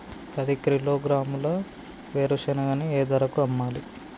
పది కిలోగ్రాముల వేరుశనగని ఏ ధరకు అమ్మాలి?